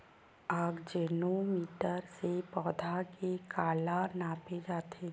आकजेनो मीटर से पौधा के काला नापे जाथे?